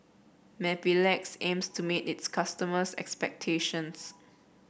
Mepilex aims to meet its customers' expectations